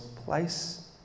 place